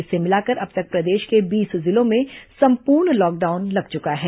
इसे मिलाकर अब तक प्रदेश के बीस जिलों में संपूर्ण लॉकडाउन लग चुका है